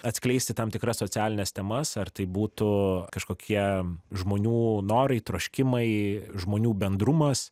atskleisti tam tikras socialines temas ar tai būtų kažkokie žmonių norai troškimai žmonių bendrumas